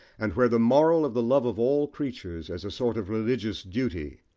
and where the moral of the love of all creatures, as a sort of religious duty,